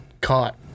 Caught